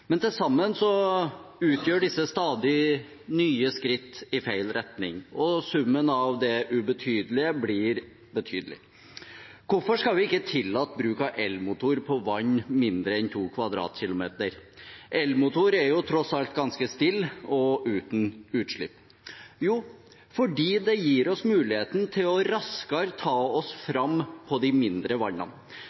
Men til sammen utgjør disse stadig nye skritt i feil retning, og summen av det ubetydelige blir betydelig. Hvorfor skal vi ikke tillate bruk av elmotor på vann mindre enn 2 km 2 ? Elmotorer går tross alt ganske stille og uten utslipp. Jo, fordi det gir oss muligheten til raskere å ta oss fram på de mindre vannene